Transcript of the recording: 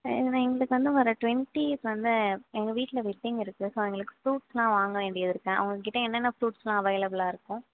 எங்களுக்கு வந்து வர டுவெண்ட்டித் வந்து எங்கள் வீட்டில் வெட்டிங் இருக்குது ஸோ எங்களுக்கு ஃப்ரூட்ஸ்யெலாம் வாங்க வேண்டியது இருக்குது உங்கள்க்கிட்ட என்னென்ன ஃப்ரூட்ஸ்யெலாம் அவைலபிளாக இருக்கும்